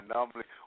Normally